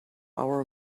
our